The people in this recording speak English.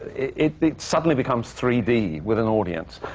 it suddenly becomes three d with an audience.